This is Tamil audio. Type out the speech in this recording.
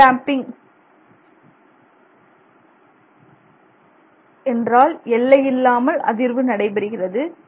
அண்டேம்பிங் என்றால் எல்லை இல்லாமல் அதிர்வு நடைபெறுகிறது